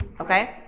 okay